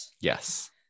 yes